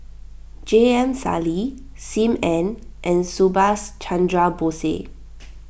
J M Sali Sim Ann and Subhas Chandra Bose